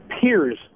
peers